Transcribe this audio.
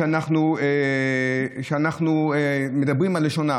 אנחנו מדברים על הלשון,